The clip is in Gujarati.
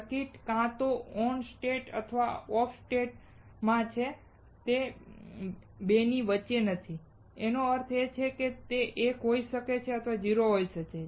સર્કિટ કાં તો ઓન સ્ટેટ અથવા ઓફ સ્ટેટ માં છે અને 2 ની વચ્ચે નથી તેનો અર્થ એ કે કાં તો તે 1 હોઈ શકે અથવા તે 0 હોઈ શકે